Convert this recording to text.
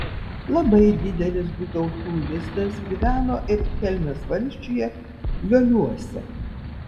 labai didelis butautų lizdas gyveno ir kelmės valsčiuje lioliuose